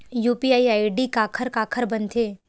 UPI ID काखर काखर बनथे?